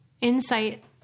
insight